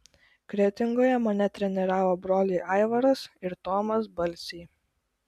kretingoje mane treniravo broliai aivaras ir tomas balsiai